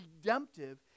redemptive